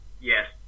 Yes